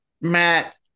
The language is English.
Matt